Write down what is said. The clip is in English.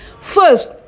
First